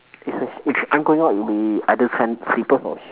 it's a sh~ it's I'm going out with either san~ slippers or shoes